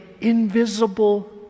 invisible